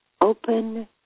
open